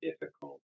difficult